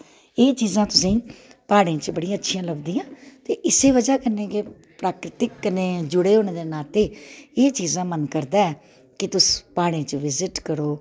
एह् चीजां तुसेंगी प्हाड़ें च बड़ियां अच्छियां लभदियां ते इस्सै बजह कन्नै गै प्राकृतिक कन्नै जुड़े दे होने दे नात्ते एह् चीजां मन करदा ऐ कि तुस प्हाड़ें च बिजिट करो